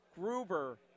Gruber